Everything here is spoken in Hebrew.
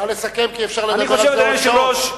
נא לסכם, כי אפשר לדבר על זה עוד שעות.